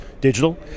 digital